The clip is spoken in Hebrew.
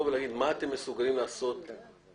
לבוא ולהגיד מה אתם מסוגלים לעשות ולהביא,